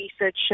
research